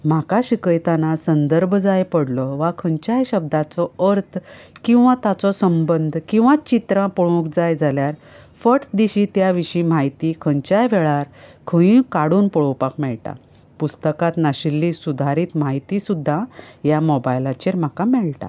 म्हाका शिकयताना संदर्भ जाय पडलो वा खंयच्याय शब्दाचो अर्थ किंवां ताचो संबंद किंवां चित्रां पळोवंक जाय जाल्यार फट दिशी त्या विशीं म्हायती खंयच्याय वेळार खंयूय काडून पळोवपाक मेळटा पुस्तकांत नाशिल्ली सुदारीत म्हायती सुद्दां ह्या मोबायलाचेर म्हाका मेळटा